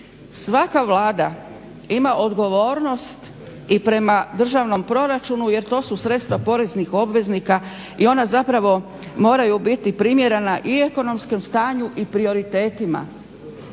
Svaka vlada ima odgovornost i prema državnom proračunu jer to su sredstva poreznih obveznika i ona zapravo moraju biti primjerena i ekonomskom stanju i prioritetima